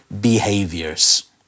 behaviors